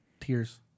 Tears